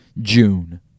June